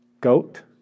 goat